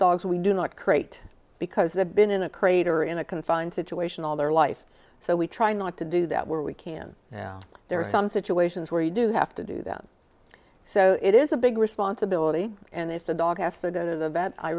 dogs we do not create because the been in a crate or in a confined situation all their life so we try not to do that where we can now there are some situations where you do have to do that so it is a big responsibility and if the dog has to go to the vet i